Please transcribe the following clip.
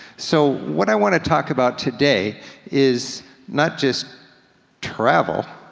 so, what i wanna talk about today is not just travel,